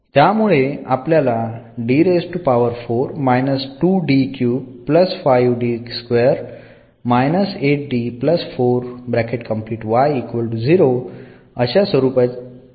त्यामुळे आपल्याला अशा स्वरूपाची सोल्युशन मिळेल